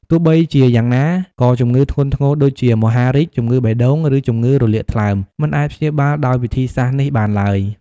ទោះបីជាយ៉ាងណា ក៏ជំងឺធ្ងន់ធ្ងរដូចជា មហារីក ជំងឺបេះដូង ឬជំងឺរលាកថ្លើម មិនអាចព្យាបាលដោយវិធីសាស្ត្រនេះបានឡើយ។